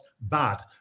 bad